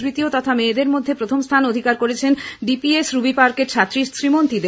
তৃতীয় তথা মেয়েদের মধ্যে প্রথম স্থান অধিকার করেছেন ডিপিএস রুবি পার্কের ছাত্রী শ্রীমন্তী দে